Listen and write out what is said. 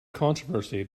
controversy